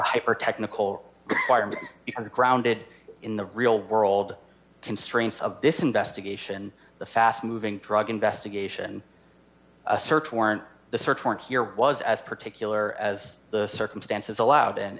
hyper technical grounded in the real world constraints of this investigation the fast moving drug investigation a search warrant the search warrant here was as particular as the circumstances allowed